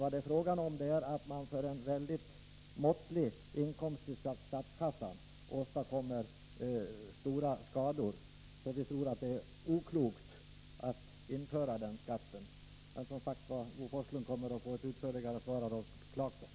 Vad det är fråga om är att man för en måttlig inkomst till statskassan åstadkommer stora skador. Vi tror att det är oklokt att införa den skatten — men Bo Forslund kommer som sagt att få en utförlig redogörelse av Rolf Clarkson.